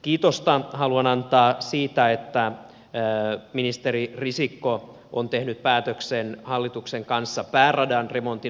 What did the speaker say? kiitosta haluan antaa siitä että ministeri risikko on tehnyt päätöksen hallituksen kanssa pääradan remontin aloittamisesta